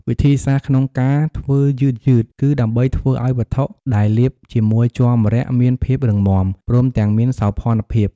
វិធីសាស្ត្រក្នុងការធ្វើយឺតៗគឺដើម្បីធ្វើឱ្យវត្ថុដែលលាបជាមួយជ័រម្រ័ក្សណ៍មានភាពរឹងមាំ ព្រមទាំងមានសោភ័ណភាព។